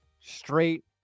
straight